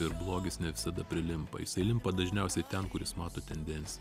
ir blogis ne visada prilimpa jisai limpa dažniausiai ten kuris mato tendenciją